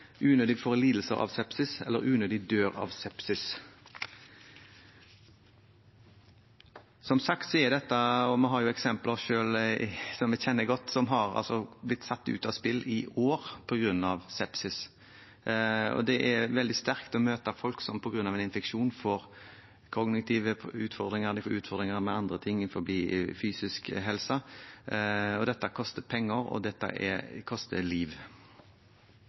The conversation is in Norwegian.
lidelser av sepsis, eller unødig dør av sepsis. Vi har jo eksempler selv, som vi kjenner godt, som har blitt satt ut av spill i år på grunn av sepsis, og det er veldig sterkt å møte folk som på grunn av en infeksjon får kognitive utfordringer og utfordringer med andre ting, innenfor fysisk helse. Dette koster penger, og dette koster liv.